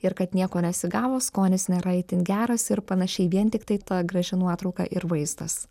ir kad nieko nesigavo skonis nėra itin geras ir panašiai vien tiktai ta graži nuotrauka ir vaizdas